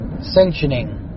sanctioning